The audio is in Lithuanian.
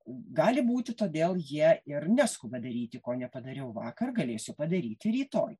gali būti todėl jie ir neskuba daryti ko nepadariau vakar galėsiu padaryti rytoj